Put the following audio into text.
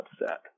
upset